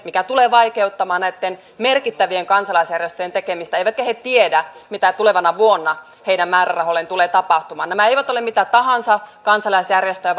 mikä tulee vaikeuttamaan näitten merkittävien kansalaisjärjestöjen tekemistä eivätkä he tiedä mitä tulevana vuonna heidän määrärahoilleen tulee tapahtumaan nämä eivät ole mitä tahansa kansalaisjärjestöjä